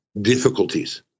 difficulties